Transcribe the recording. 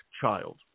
child